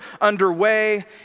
underway